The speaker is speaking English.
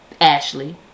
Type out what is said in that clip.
Ashley